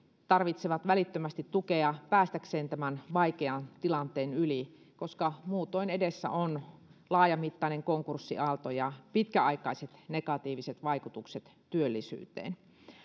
tarvitsevat välittömästi tukea päästäkseen tämän vaikean tilanteen yli koska muutoin edessä on laajamittainen konkurssiaalto ja pitkäaikaiset negatiiviset vaikutukset työllisyyteen